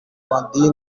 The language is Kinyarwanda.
madini